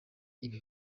ibi